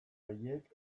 horiek